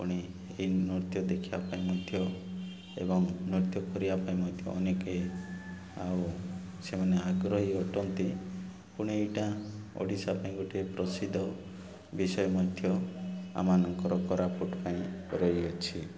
ପୁଣି ଏଇ ନୃତ୍ୟ ଦେଖିବା ପାଇଁ ମଧ୍ୟ ଏବଂ ନୃତ୍ୟ କରିବା ପାଇଁ ମଧ୍ୟ ଅନେକ ଆଉ ସେମାନେ ଆଗ୍ରହୀ ଅଟନ୍ତି ପୁଣି ଏଇଟା ଓଡ଼ିଶା ପାଇଁ ଗୋଟେ ପ୍ରସିଦ୍ଧ ବିଷୟ ମଧ୍ୟ ଆମମାନଙ୍କର କୋରାପୁଟ ପାଇଁ ରହିଅଛି